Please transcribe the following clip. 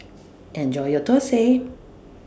Enjoy your Thosai